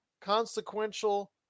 consequential